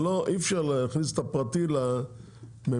אי אפשר להכניס את הפרטי לממשלתי.